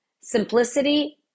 simplicity